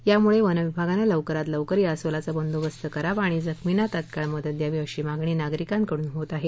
त्यामुळे वनविभागाने लवकरात लवकर या अस्वलाचा बंदोबस्त करावा आणि जखमींना तात्काळ मदत द्यावी अशी मागणी नागरिकांकडून होत आहे